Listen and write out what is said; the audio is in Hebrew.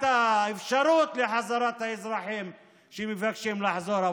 האפשרות להחזרת האזרחים שרוצים לחזור.